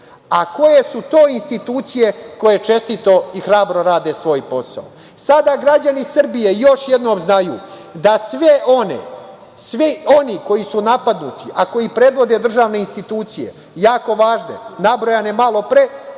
a koje su to institucije koje čestito i hrabro rade svoj posao. Sada građani Srbije još jednom znaju da svi oni koji su napadnuti, a koji predvode državne institucije, jako važne, nabrojane malopre,